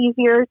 easier